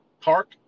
park